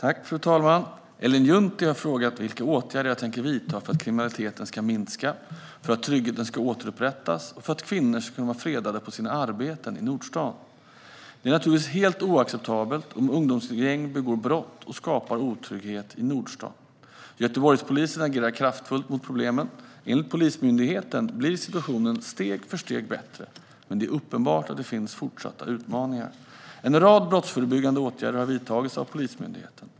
Fru talman! Ellen Juntti har frågat vilka åtgärder jag tänker vidta för att kriminaliteten ska minska, för att tryggheten ska återupprättas och för att kvinnor ska vara fredade på sina arbeten i Nordstan. Det är naturligtvis helt oacceptabelt om ungdomsgäng begår brott och skapar otrygghet i Nordstan. Göteborgspolisen agerar kraftfullt mot problemen. Enligt Polismyndigheten blir situationen steg för steg bättre, men det är uppenbart att det finns fortsatta utmaningar. En rad brottsförebyggande åtgärder har vidtagits av Polismyndigheten.